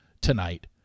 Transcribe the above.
tonight